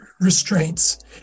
restraints